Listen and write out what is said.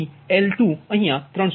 તેથીપહેલાં PL2અહીયા 305